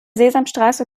sesamstraße